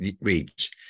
reach